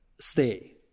stay